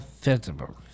vegetables